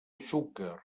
xúquer